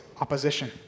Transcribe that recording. opposition